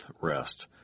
rest